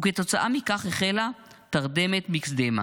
וכתוצאה מכך החלה תרדמת מיקסדמה,